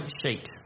sheet